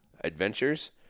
adventures